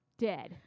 dead